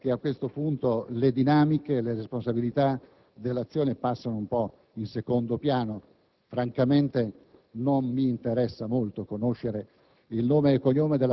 Ecco, allora, che a questo punto le dinamiche e le responsabilità dell'azione passano un po' in secondo piano. Francamente, non mi interessa molto conoscere